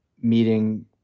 meeting